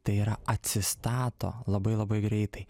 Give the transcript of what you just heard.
tai yra atsistato labai labai greitai